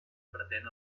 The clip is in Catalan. pretén